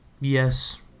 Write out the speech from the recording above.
Yes